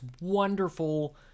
wonderful